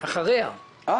השר,